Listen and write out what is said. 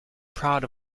proud